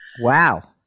Wow